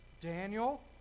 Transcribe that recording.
Daniel